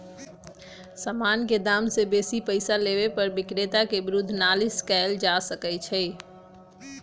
समान के दाम से बेशी पइसा लेबे पर विक्रेता के विरुद्ध नालिश कएल जा सकइ छइ